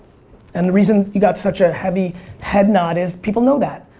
and the reason you got such a heavy head nod is people know that.